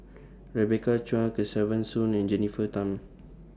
Rebecca Chua Kesavan Soon and Jennifer Tham